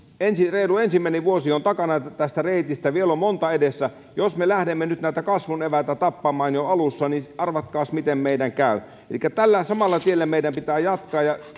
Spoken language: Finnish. reilu ensimmäinen vuosi on takana tästä reitistä ja vielä on monta edessä jos me lähdemme nyt näitä kasvun eväitä tappamaan jo alussa niin arvatkaas miten meidän käy elikkä tällä samalla tiellä meidän pitää jatkaa ja